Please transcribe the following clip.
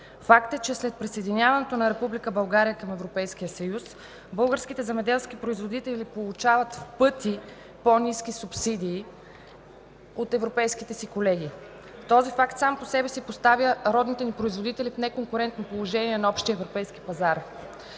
Факт е, че след присъединяването на Република България към Европейския съюз българските земеделски производители получават в пъти по ниски субсидии от европейските си колеги. Този факт сам по себе си поставя родните ни производители в неконкурентно положение на общия европейски пазар.